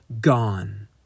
gone